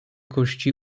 kości